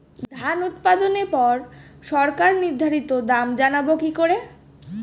ধান উৎপাদনে পর সরকার নির্ধারিত দাম জানবো কি করে?